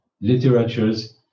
literatures